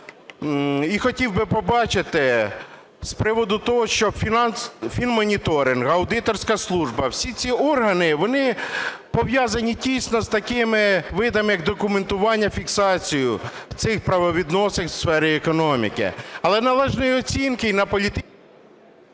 і хотів би побачити з приводу того, що фінмоніторинг, аудиторська служба – всі ці органи, вони пов'язані тісно з таким видами як документуванням, фіксацією цих правовідносин у сфері економіки. Але належної оцінки… 11:32:30